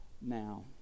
now